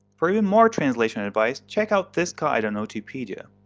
for even more translation advice, check out this guide on otpedia.